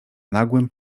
nagłym